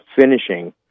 finishing